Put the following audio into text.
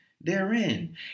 therein